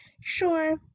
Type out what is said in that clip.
Sure